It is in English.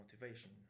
motivation